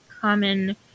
common